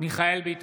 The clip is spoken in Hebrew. מיכאל מרדכי ביטון,